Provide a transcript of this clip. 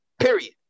Period